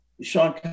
Sean